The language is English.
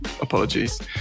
Apologies